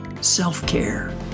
self-care